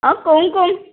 অঁ ক'ম ক'ম